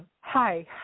Hi